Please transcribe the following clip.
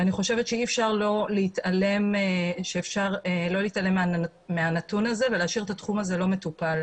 אני חושבת שאי אפשר להתעלם מהנתון הזה ולהשאיר את התחום הזה לא מטופל.